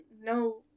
no